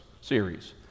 series